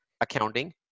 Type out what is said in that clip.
accounting